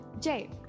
Jay